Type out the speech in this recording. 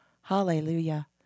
Hallelujah